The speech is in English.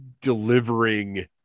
delivering